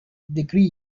degree